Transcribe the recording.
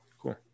cool